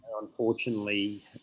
unfortunately